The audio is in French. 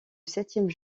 septième